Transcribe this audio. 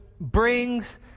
brings